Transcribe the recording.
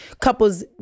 couples